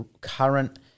current